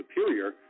superior –